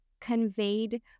conveyed